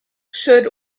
should